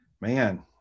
man